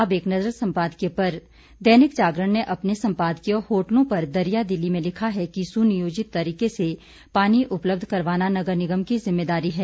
अब एक नजर संपादकीय पर दैनिक जागरण ने अपने संपादकीय होटलों पर दरियादिली में लिखा है कि सुनियोजित तरीके से पानी उपलब्ध करवाना नगर निगम की जिम्मेदारी है